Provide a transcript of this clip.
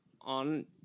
on